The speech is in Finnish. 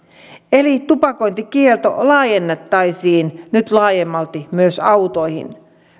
eli tupakointikielto laajennettaisiin nyt laajemmalti myös autoihin